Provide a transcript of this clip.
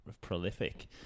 prolific